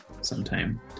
sometime